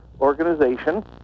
organization